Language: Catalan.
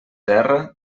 terra